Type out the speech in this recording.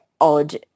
odd